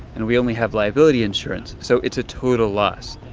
and we only have liability insurance, so it's a total loss.